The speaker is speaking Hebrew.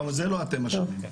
זה לא אתם אשמים.